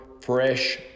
fresh